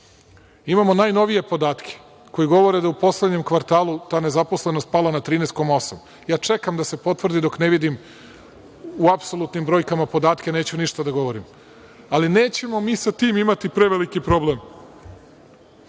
imali. Imamo najnovije podatke koji govore da u poslednjem kvartalu ta nezaposlenost je pala na 13,8%. Ja čekam da se potvrdi. Dok ne vidim u apsolutnim brojkama podatke, neću ništa da govorim. Ali, nećemo mi sa tim imati preveliki problem. Mi